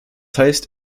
heißt